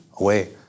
away